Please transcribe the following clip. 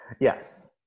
Yes